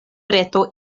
reto